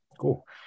Cool